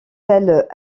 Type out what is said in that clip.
tels